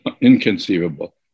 inconceivable